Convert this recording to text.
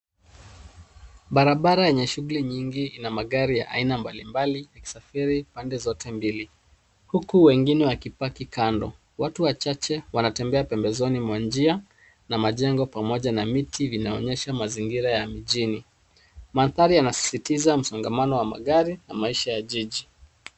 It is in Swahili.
Barabara yenye shughuli nyingi na magari ya aina mbalimbali yakisafiri pande zote mbili huku wengine wakipaki kando .Watu wachache wanatembea pembezoni mwa njia na majengo pamoja miti vinaonyesha mazingira ya mjini. Mandhari yanasisitiza msongamano wa magari na maisha ya jiji.